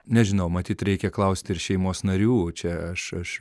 nežinau matyt reikia klausti ir šeimos narių čia aš aš